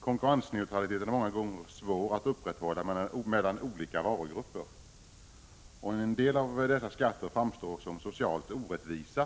Konkurrensneutraliteten är många gånger svår att upprätthålla mellan olika varugrupper. En del av dessa skatter framstår som socialt orättvisa.